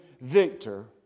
Victor